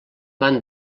van